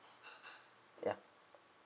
yeah